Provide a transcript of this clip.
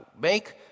make